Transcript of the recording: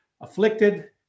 afflicted